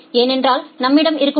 ஏனென்றால் நம்மிடம் இருக்கும் டி